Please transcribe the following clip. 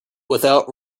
without